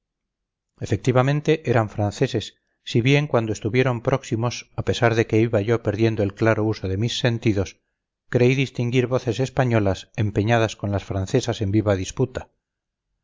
efectivamente eran franceses si bien cuando estuvieron próximos a pesar de que iba yo perdiendo el claro uso de mis sentidos creí distinguir voces españolas empeñadas con las francesas en viva disputa